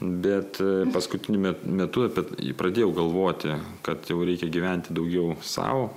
bet paskutiniu met metu apie pradėjau galvoti kad jau reikia gyventi daugiau sau